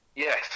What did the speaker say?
Yes